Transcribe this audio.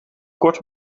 kort